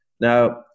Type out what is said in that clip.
Now